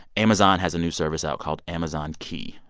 amazon has a new service out called amazon key.